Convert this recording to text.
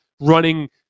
running